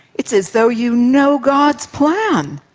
it's as though you know god's plan.